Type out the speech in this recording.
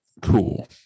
cool